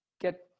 get